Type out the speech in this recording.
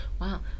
Wow